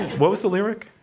what was the lyric?